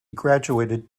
graduated